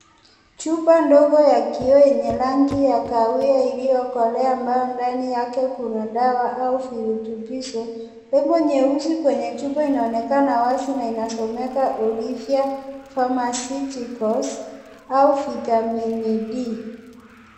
Chupa ndogo ya kioo yenye rangi ya kahawia iliokolea mbao ndani yake kuna dawa au virutubisho , nembo nyeusi kwenye chupa inaonekana wazi na inasomeka (cs)Olivia, pharmaceuticals(cs)au vitamini D.